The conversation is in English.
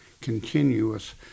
continuous